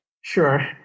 sure